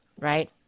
right